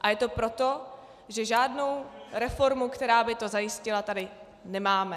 A je to proto, že žádnou reformu, která by to zajistila, tady nemáme.